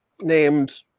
named